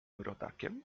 rodakiem